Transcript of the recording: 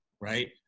right